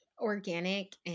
organic